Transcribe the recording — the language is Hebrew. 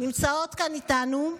נמצאות איתנו.